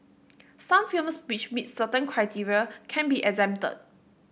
some films which meet certain criteria can be exempted